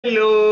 Hello